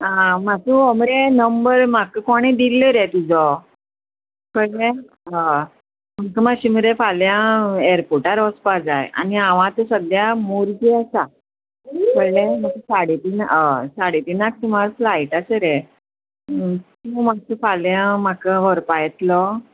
आं म्हाक हो मरे नंबर म्हाका कोणे दिल्लो रे तुजो कळ्ळें हय म्हाका मातशें मरे फाल्यां एरपोर्टार वचपा जाय आनी हांव आतां सद्द्यां मोरजे आसा कळ्ळें म्हाका साडे तिनां हय साडे तिनाक सुमार फ्लायट आसा रे तूं मात्शें फाल्यां म्हाका व्हरपा येतलो